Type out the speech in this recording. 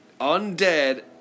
undead